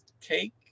cake